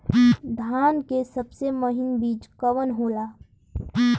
धान के सबसे महीन बिज कवन होला?